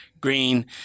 green